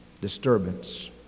disturbance